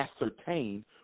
ascertain